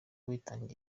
witangiye